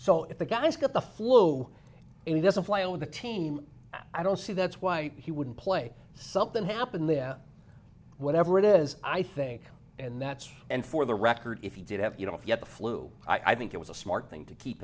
so if the guy's got the flu and he doesn't fly on the team i don't see that's why he wouldn't play something happened there whatever it is i think and that's and for the record if you did have you know if you had the flu i think it was a smart thing to keep